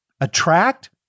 attract